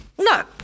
No